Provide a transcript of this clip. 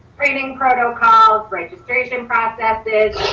screening protocols, registration processes,